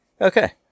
Okay